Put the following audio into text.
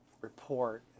report